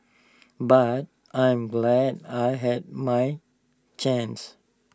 but I'm glad I had my chance